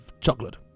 Chocolate